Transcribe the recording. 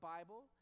Bible